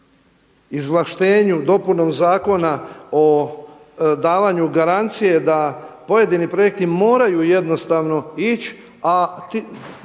izvlaštenju, dopunom Zakona o davanju garancije da pojedini projekti moraju ići,